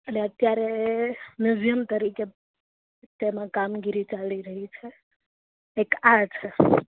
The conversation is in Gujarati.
અને અત્યારે મ્યુઝિમ તરીકે તેમાં કામગીરી ચાલી રહી છે એક આ છે